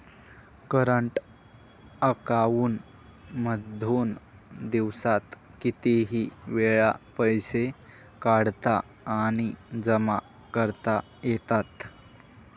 current account मधून दिवसात कितीही वेळ पैसे काढता आणि जमा करता येतात